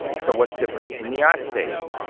so what's different? in the united states,